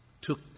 took